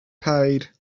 paid